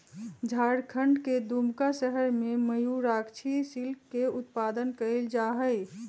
झारखंड के दुमका शहर में मयूराक्षी सिल्क के उत्पादन कइल जाहई